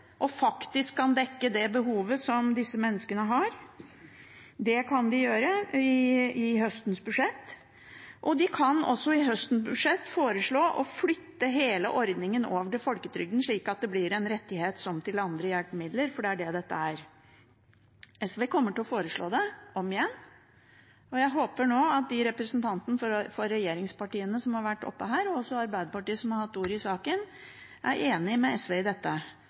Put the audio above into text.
og faktisk kan dekke det behovet som disse menneskene har. Det kan de gjøre i høstens budsjett, og de kan også i høstens budsjett foreslå å flytte hele ordningen over til folketrygden slik at det blir en rettighet som til andre hjelpemidler, for det er det dette er. SV kommer til å foreslå det om igjen, og jeg håper nå at de representantene fra regjeringspartiene som har vært oppe her – og også Arbeiderpartiet, som har hatt ordet i saken – er enig med SV i dette.